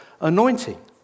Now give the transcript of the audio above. anointing